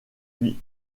puis